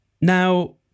now